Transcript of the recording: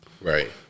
Right